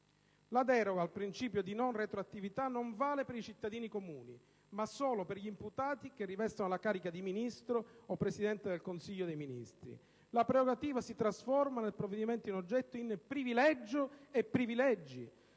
La deroga al principio di non retroattività non vale per i cittadini comuni, ma solo per gli imputati che rivestono la carica di Ministro o Presidente del Consiglio dei ministri. La prerogativa si trasforma, nel provvedimento in oggetto, in privilegio e i privilegi